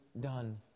done